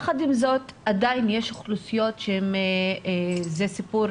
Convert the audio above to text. יחד עם זאת יש עדיין אוכלוסיות שזה סיפור